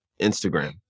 Instagram